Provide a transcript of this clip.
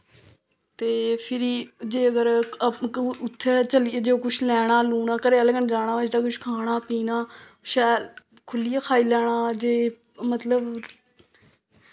ते फिरी जे अगर उत्थें जे कुछ लैना लूना घरै आह्लै कन्नै जाना होऐ ते किश खाना पीना शैल खुल्ल्लियै खाई लैना जे मतलब